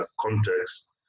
context